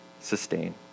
sustain